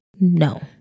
No